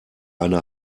eine